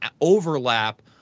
overlap